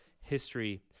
history